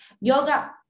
yoga